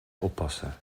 oppasser